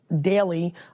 daily